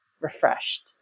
refreshed